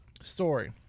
story